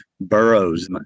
burrows